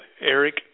Eric